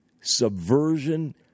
subversion